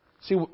See